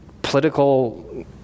Political